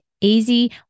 easy